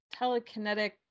telekinetic